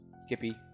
Skippy